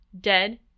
dead